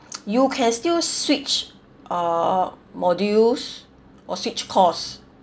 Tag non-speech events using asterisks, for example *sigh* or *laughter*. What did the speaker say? *noise* you can still switch uh modules or switch course